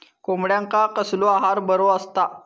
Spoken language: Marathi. कोंबड्यांका कसलो आहार बरो असता?